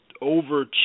over